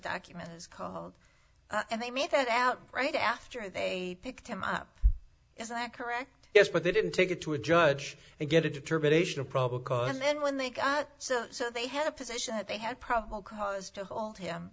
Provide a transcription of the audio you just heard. document is called and they made it out right after they picked him up is that correct yes but they didn't take it to a judge and get a determination of probable cause and then when they got so so they had a position that they had probable cause to hold him